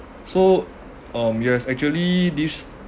so um yes actually this